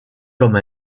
comme